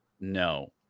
No